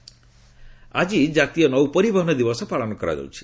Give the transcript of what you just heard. ନୌପରିବହନ ଦିବସ ଆଜି ଜାତୀୟ ନୌପରିବହନ ଦିବସ ପାଳନ କରାଯାଉଛି